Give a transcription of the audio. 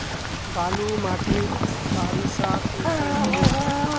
बालू माटित सारीसा कुंसम होबे?